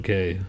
Okay